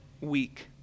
week